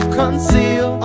conceal